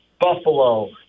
buffalo